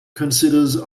considers